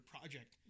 project